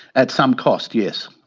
at some cost, yes.